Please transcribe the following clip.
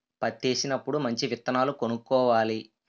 పత్తేసినప్పుడు మంచి విత్తనాలు కొనుక్కోవాలి